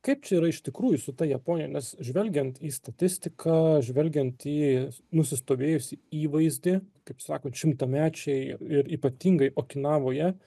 kaip čia yra iš tikrųjų su ta japonija nes žvelgiant į statistiką žvelgiant į nusistovėjusį įvaizdį kaip sakant šimtamečiai ir ypatingai okinavoje